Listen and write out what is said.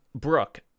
Brooke